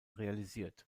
realisiert